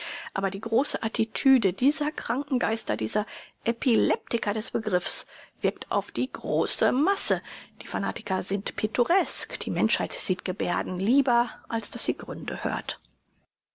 aber die große attitüde dieser kranken geister dieser epileptiker des begriffs wirkt auf die große masse die fanatiker sind pittoresk die menschheit sieht gebärden lieber als daß sie gründe hört